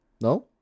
No